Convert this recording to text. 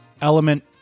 element